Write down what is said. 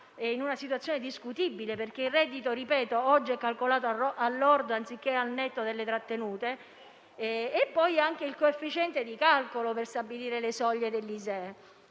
in una situazione discutibile, perché oggi il reddito è calcolato al lordo anziché al netto delle trattenute. Inoltre, anche il coefficiente di calcolo per stabilire le soglie dell'ISEE